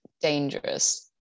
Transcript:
dangerous